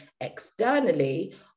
externally